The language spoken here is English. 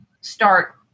start